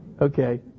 Okay